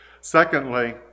Secondly